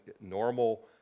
normal